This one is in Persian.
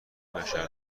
بشر